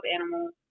animals